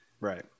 Right